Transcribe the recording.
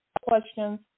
questions